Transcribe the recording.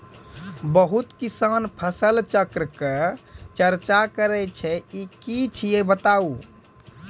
बहुत किसान फसल चक्रक चर्चा करै छै ई की छियै बताऊ?